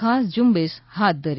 ખાસ ઝુંબેશ હાથ ધરી